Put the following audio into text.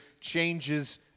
changes